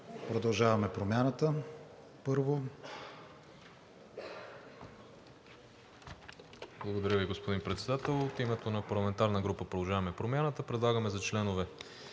(Продължаваме Промяната): Благодаря Ви, господин Председател. От името на парламентарната група на „Продължаваме Промяната“ предлагаме за членове